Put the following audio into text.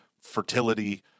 fertility